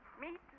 Meet